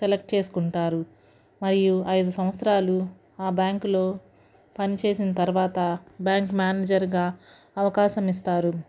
select చేసుకుంటారు మరియు ఐదు సంవత్సరాలు ఆ బ్యాంకులో పని చేసిన తరువాత బ్యాంక్ మేనేజర్గా అవకాశం ఇస్తారు